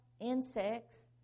insects